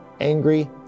angry